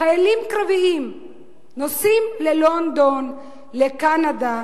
חיילים קרביים נוסעים ללונדון, לקנדה.